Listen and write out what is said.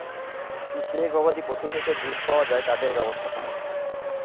যে গবাদি পশুর হইতে দুধ পাওয়া যায় তাদের ব্যবস্থাপনা